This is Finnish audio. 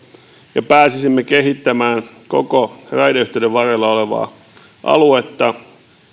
ja pääsisimme jo kehittämään koko raideyhteyden varrella olevaa aluetta